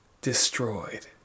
destroyed